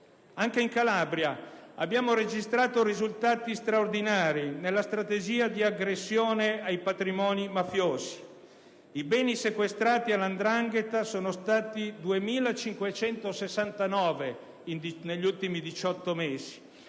Anche in Calabria abbiamo registrato risultati straordinari nella strategia di aggressione ai patrimoni mafiosi: i beni sequestrati alla 'ndrangheta sono stati 2.569 negli ultimi 18 mesi,